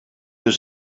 was